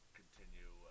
continue